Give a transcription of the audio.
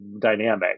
dynamic